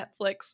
Netflix